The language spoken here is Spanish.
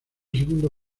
segundo